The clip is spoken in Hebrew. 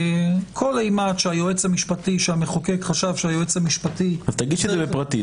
כל אימת שהמחוקק חשב שהיועץ המשפטי --- אז תגיש את זה בפרטית,